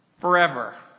forever